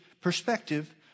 perspective